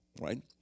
Right